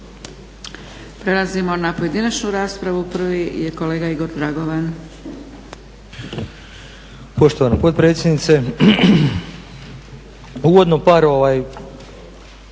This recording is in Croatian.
Prelazimo na pojedinačnu raspravu. Prvi je kolega Igor Dragovan.